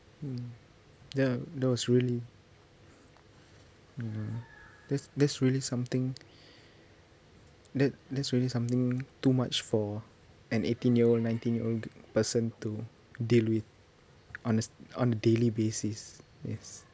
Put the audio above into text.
mm ya that was really ya that's that's really something that that's really something too much for an eighteen year old nineteen year old person to deal with on a on a daily basis yes